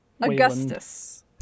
Augustus